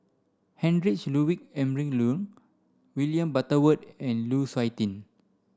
Heinrich Ludwig Emil William Butterworth and Lu Suitin